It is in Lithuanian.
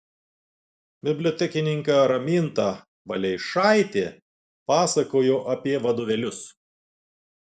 bibliotekininkė raminta valeišaitė pasakojo apie vadovėlius